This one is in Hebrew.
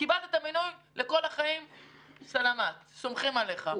קיבלת את המינוי לכל החיים, סלאמת, סומכים עליך.